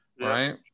right